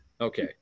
Okay